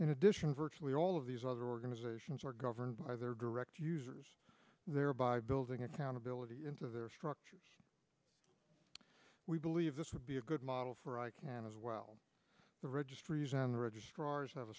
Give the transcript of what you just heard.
in addition virtually all of these other organizations are governed by their direct users thereby building accountability into their structures we believe this would be a good model for i can as well the registries and the registrar